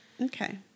Okay